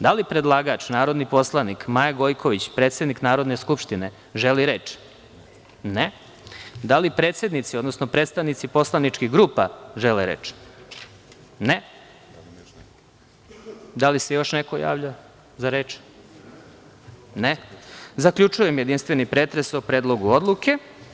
Da li predlagač, narodni poslanik Maja Gojković predsednik Narodne skupštine želi reč? (Ne.) Da li predsednici, odnosno predstavnici poslaničkih grupa žele reč? (Ne.) Da li se još neko javlja za reč? (Ne.) Zaključujem jedinstveni pretres o Predlogu odluke.